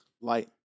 Light